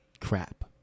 crap